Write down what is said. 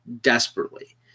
desperately